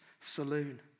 saloon